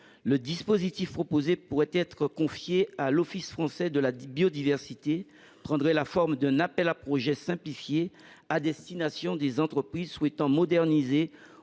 Le dispositif proposé pourrait être confié à l’Office français de la biodiversité et prendrait la forme d’un appel à projets simplifié à destination des entreprises souhaitant moderniser